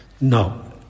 no